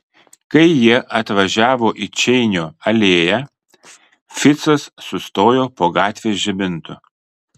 kai jie atvažiavo į čeinio alėją ficas sustojo po gatvės žibintu